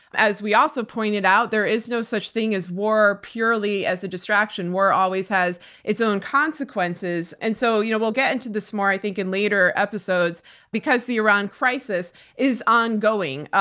as we also pointed out, there is no such thing as war purely as a distraction. war always has its own consequences. and so you know we'll get into this more, i think, in later episodes because the iran crisis is ongoing.